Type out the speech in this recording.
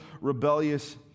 rebellious